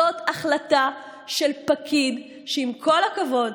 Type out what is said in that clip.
זאת החלטה של פקיד שעם כל כבוד,